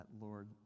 Lord